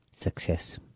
success